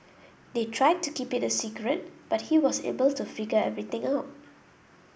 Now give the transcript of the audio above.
they tried to keep it a secret but he was able to figure everything out